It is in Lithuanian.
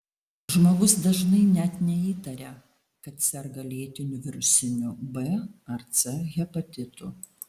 žmogus dažnai net neįtaria kad serga lėtiniu virusiniu b ar c hepatitu